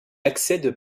accède